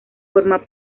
forma